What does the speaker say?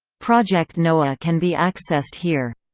project noah can be accessed here